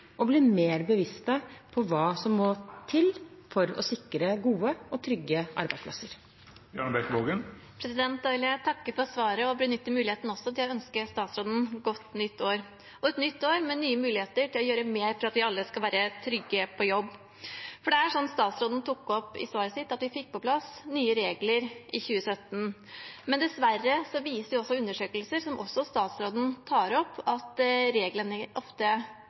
og blir mer bevisste på hva som må til for å sikre gode og trygge arbeidsplasser. Jeg takker for svaret og benytter muligheten til også å ønske statsråden godt nyttår – et nytt år med nye muligheter til å gjøre mer for at vi alle skal være trygge på jobb. For det er, som statsråden tok opp i svaret sitt, riktig at vi fikk på plass nye regler i 2017, men dessverre viser undersøkelser, som også statsråden tok opp, at reglene ofte – for ofte – ikke blir fulgt, og at ikke alle er